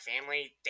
family